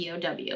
POW